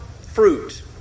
fruit